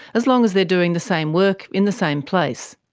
as long as they're doing the same work in the same place.